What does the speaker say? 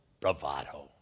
bravado